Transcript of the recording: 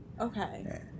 Okay